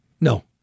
no